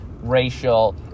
racial